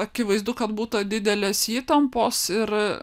akivaizdu kad būta didelės įtampos ir